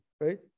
right